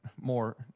more